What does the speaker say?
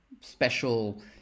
special